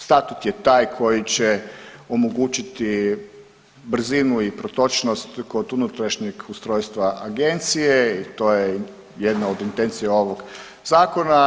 Statut je taj koji će omogućiti brzinu i protočnost kod unutrašnjeg ustrojstva agencije i to je jedna od intencije ovog zakona.